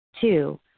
Two